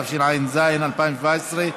התשע"ז 2017,